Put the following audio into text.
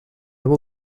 will